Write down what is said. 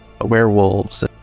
werewolves